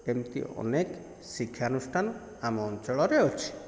ଏମିତି ଅନେକ ଶିକ୍ଷା ଅନୁଷ୍ଠାନ ଆମ ଅଞ୍ଚଳରେ ଅଛି